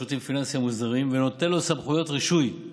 השירותים הפיננסיים המוסדרים ונותן לו סמכויות רישוי,